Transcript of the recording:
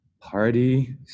Party